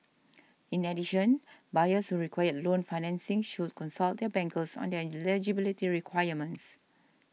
in addition buyers who require loan financing should consult their bankers on their eligibility requirements